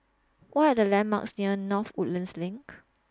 What Are The landmarks near North Woodlands LINK